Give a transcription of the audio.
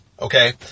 Okay